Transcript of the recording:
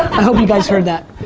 i hope you guys heard that.